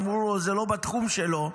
אמרו לו שזה לא בתחום שלו,